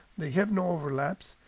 they have no overlaps,